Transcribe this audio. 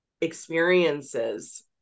experiences